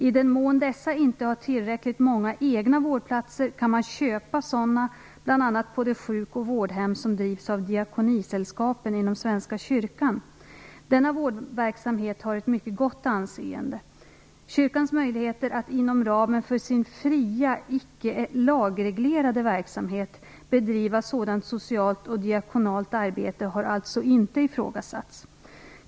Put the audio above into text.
I den mån dessa inte har tillräckligt många egna vårdplatser kan man köpa sådana bl.a. på de sjuk och vårdhem som drivs av diakonisällskapen inom Svenska kyrkan. Denna vårdverksamhet har ett mycket gott anseende. Kyrkans möjligheter att inom ramen för sin fria icke lagreglerade verksamhet bedriva sådant socialt och diakonalt arbete har alltså inte ifrågasatts.